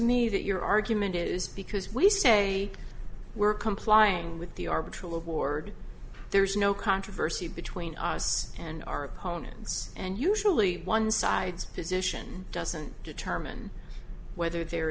me that your argument is because we say we're complying with the arbitral of ward there's no controversy between us and our opponents and usually one side's position doesn't determine whether there